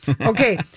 Okay